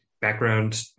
background